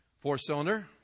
Four-cylinder